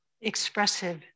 expressive